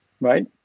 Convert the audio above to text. Right